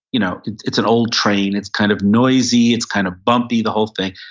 you know it's an old train. it's kind of noisy. it's kind of bumpy, the whole thing.